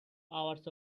hours